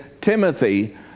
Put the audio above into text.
Timothy